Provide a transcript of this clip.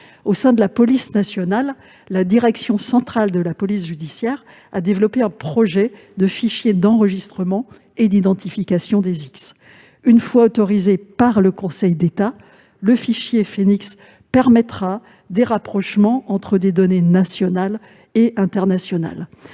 Au sein de la police nationale, la direction centrale de la police judiciaire a développé un projet de fichier d'enregistrement et d'identification des X (Fenix). Une fois qu'il sera autorisé par le Conseil d'État, le fichier Fenix permettra d'effectuer des rapprochements entre des données nationales et internationales.